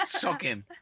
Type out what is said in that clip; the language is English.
shocking